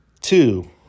Two